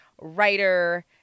writer